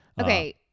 Okay